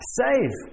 save